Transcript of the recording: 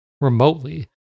remotely